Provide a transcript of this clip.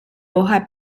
hoja